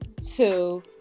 two